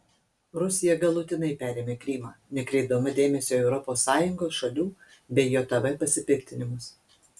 rusija galutinai perėmė krymą nekreipdama dėmesio į europos sąjungos šalių bei jav pasipiktinimus